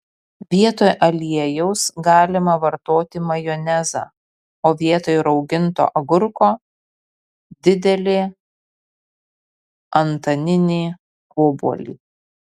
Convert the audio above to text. vietoj aliejaus galima vartoti majonezą o vietoj rauginto agurko didelį antaninį obuolį